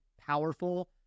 powerful